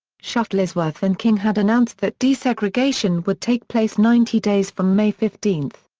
shuttlesworth and king had announced that desegregation would take place ninety days from may fifteen.